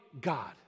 God